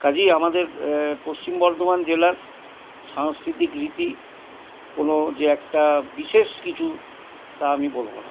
কাজেই আমাদের পশ্চিম বর্ধমান জেলার সাংস্কৃতিক রীতি কোনো যে একটা বিশেষ কিছু তা আমি বলব না